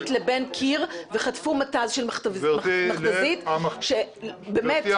לבין קיר וחטפו מתז של מכת"זית שבאמת --- גברתי,